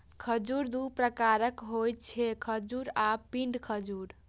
खजूर दू प्रकारक होइ छै, खजूर आ पिंड खजूर